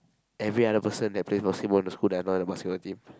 every other person that plays basketball in the school that are not in the basketball team